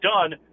done